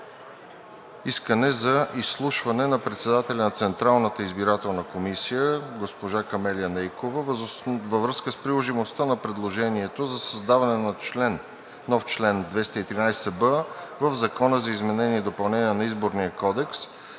искане за изслушване на председателя на Централната избирателна комисия госпожа Камелия Нейкова във връзка с приложимостта на предложението за създаване на нов член 213б в Закона за изменение и допълнение на Изборния кодекс,